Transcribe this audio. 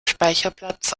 speicherplatz